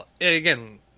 again